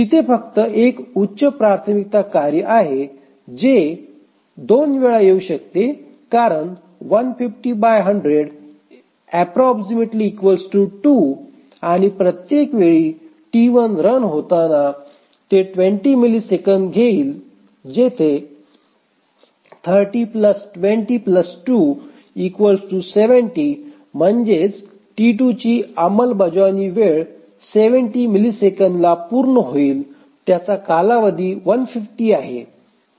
तिथे फक्त एक उच्च प्राथमिकता कार्य आहे जे २ वेळा येऊ शकते कारण आणि प्रत्येक वेळी T1 रन होताना ते २० मिलिसेकंद घेईल येथे 3020∗270 म्हणजेच T2 ची अंमलबजावणी 70 मिलिसेकंद ला पूर्ण होईल त्याचा कालावधी 150 आहे